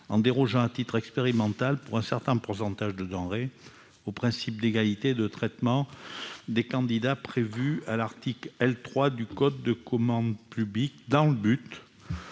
en dérogeant à titre expérimental pour un certain pourcentage de denrées au principe d'égalité de traitement des candidats prévue à l'Arctique L 3 du code de commandes publiques, dans le but